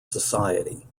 society